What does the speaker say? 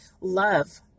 love